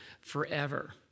forever